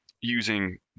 using